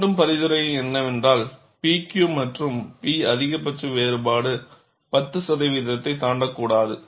மீண்டும் பரிந்துரை என்னவென்றால் P Q மற்றும் P அதிகபட்ச வேறுபாடு 10 சதவீதத்தை தாண்டக்கூடாது